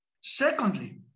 Secondly